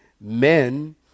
Men